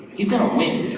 he's gonna win,